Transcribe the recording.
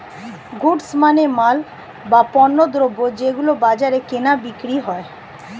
goods মানে মাল, বা পণ্যদ্রব যেগুলো বাজারে কেনা বিক্রি হয়